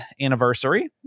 anniversary